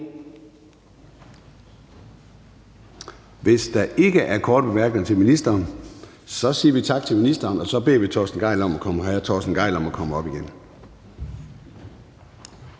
Hvis der ikke er korte bemærkninger til ministeren, siger vi tak til ministeren, og så beder vi hr. Torsten Gejl om at komme herop